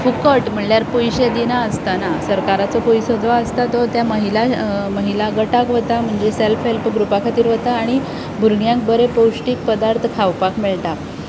फुकट म्हणल्यार पयशे दिनासतना सरकाराचो पयसो जो आसता तो त्या महिला महिला गटाक वता म्हणजे सॅल्फ हॅल्प ग्रुपा खातीर वता आनी भुरग्यांक बरें पोश्टीक पदार्थ खावपाक मेळटा